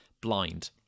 blind